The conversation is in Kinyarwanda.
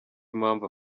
impamvu